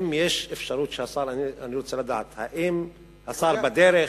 אני רוצה לדעת, האם השר בדרך?